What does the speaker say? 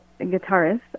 guitarist